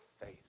faith